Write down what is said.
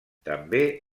també